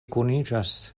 kuniĝas